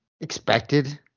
expected